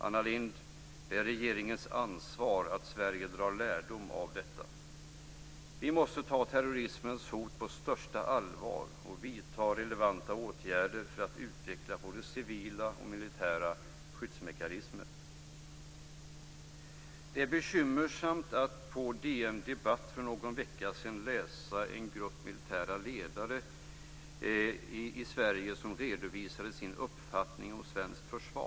Anna Lindh! Regeringen har ansvar för att Sverige ska dra lärdom av detta. Vi måste ta terrorismens hot på största allvar och vidta relevanta åtgärder för att utveckla både civila och militära skyddsmekanismer. På DN Debatt kunde man för någon vecka sedan läsa hur en grupp militära ledare i Sverige redovisade sin uppfattning om svenskt försvar.